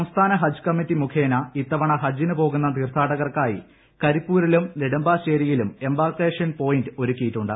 സംസ്ഥാന ഹജ്ജ് കമ്മിറ്റി മുഖേന ഇത്തവണ ഹജ്ജിന് പോകുന്ന തീർഥാടകർക്കായി കരിപ്പൂരിലും നെടുമ്പാശേരിയിലും എംബാർക്കേഷൻ പോയിന്റ് ഒരുക്കിയിട്ടുണ്ട്